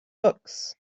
books